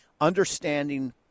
understanding